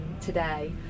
today